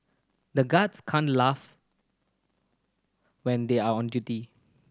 the guards can't laugh when they are on duty